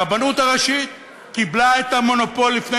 הרבנות הראשית קיבלה את המונופול לפני